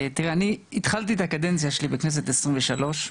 התחלתי את הכנסת שלי בכנסת העשרים ושלוש,